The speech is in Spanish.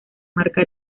marca